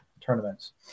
tournaments